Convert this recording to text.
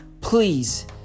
Please